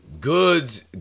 Goods